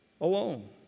alone